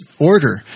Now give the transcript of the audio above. order